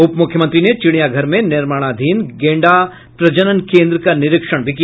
उप मुख्यमंत्री ने चिड़ियाघर में निर्माणाधीन गैंडा प्रजनन केन्द्र का निरीक्षण भी किया